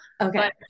Okay